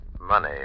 money